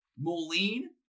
Moline